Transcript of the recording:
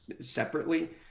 separately